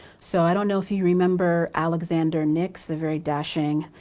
so, i don't know if you remember alexander nix a very dashing,